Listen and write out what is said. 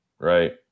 Right